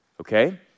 okay